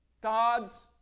God's